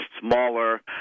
smaller